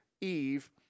Eve